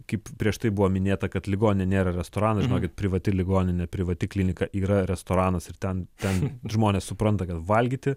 kaip prieš tai buvo minėta kad ligoninė nėra restoranas žinokit privati ligoninė privati klinika yra restoranas ir ten ten žmonės supranta kad valgyti